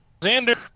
Xander